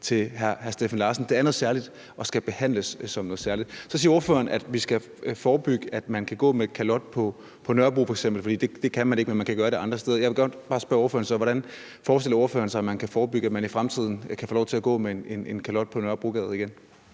til hr. Steffen Larsen. Det er noget særligt og skal behandles som noget særligt. Så siger ordføreren, at man skal forebygge, i forhold til at man f.eks. kan gå med kalot på Nørrebro, for det kan man ikke, men man kan gøre det andre steder. Jeg vil gerne bare spørge ordføreren: Hvordan forestiller ordføreren sig så at man i fremtiden kan få lov til at gå med en kalot på Nørrebrogade igen?